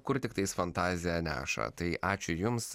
kur tiktais fantazija neša tai ačiū jums